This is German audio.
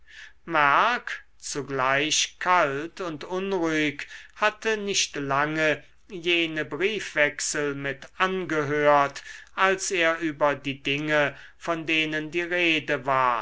merck zugleich kalt und unruhig hatte nicht lange jene briefwechsel mit angehört als er über die dinge von denen die rede war